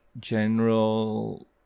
general